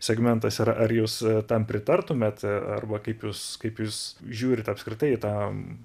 segmentas yra ar jūs tam pritartumėt arba kaip jūs kaip jūs žiūrit apskritai į tą